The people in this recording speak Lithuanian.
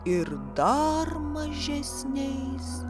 ir dar mažesniais